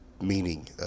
meaning